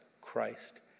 Christ